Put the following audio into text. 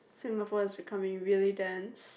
Singapore is becoming really dense